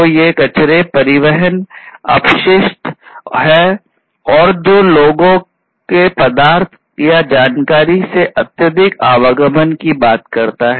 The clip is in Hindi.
तो ये कचरे परिवहन अपशिष्ट हैं जो लोगों के पदार्थ या जानकारी से अत्यधिक आवागमन की बात करता है